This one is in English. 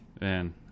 Man